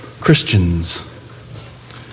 Christians